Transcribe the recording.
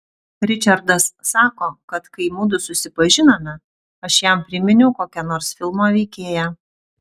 ričardas sako kad kai mudu susipažinome aš jam priminiau kokią nors filmo veikėją